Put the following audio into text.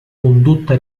condotta